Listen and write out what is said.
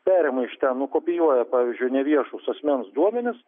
perima iš ten nukopijuoja pavyzdžiui neviešus asmens duomenis